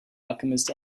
alchemist